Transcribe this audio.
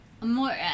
more